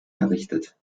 errichtet